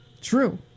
True